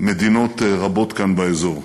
מדינות רבות כאן באזור.